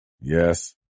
Yes